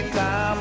time